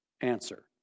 answer